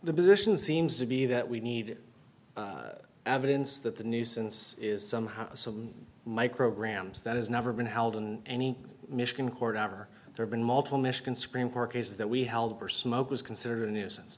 the position seems to be that we need evidence that the nuisance is somehow some micrograms that has never been held in any michigan court ever there been multiple michigan supreme court cases that we held for smoke was considered a nuisance